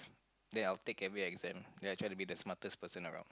then I will take every exam then I try to be the smartest person around